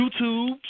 YouTube